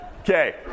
okay